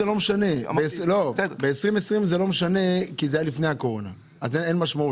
לא משנה כי זה היה לפני הקורונה אז אין לזה משמעות,